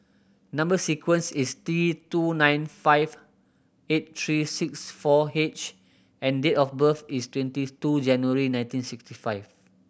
number sequence is T two nine five eight three six four H and date of birth is twenty two January nineteen sixty five